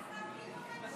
אז תרכיבו ממשלה כבר.